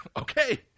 okay